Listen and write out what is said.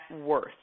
worth